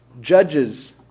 judges